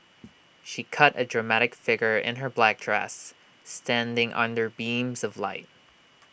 she cut A dramatic figure in her black dress standing under beams of light